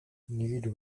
need